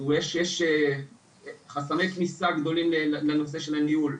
יש חסמי כניסה גדולים לנושא של הניהול,